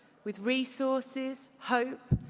with resources, hope,